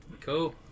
Cool